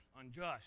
unjust